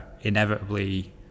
inevitably